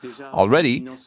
Already